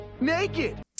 naked